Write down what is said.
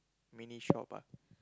mini shop ah